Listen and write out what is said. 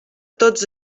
tots